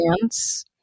dance